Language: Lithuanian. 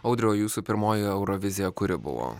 audriau o jūsų pirmoji eurovizija kuri buvo